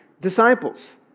disciples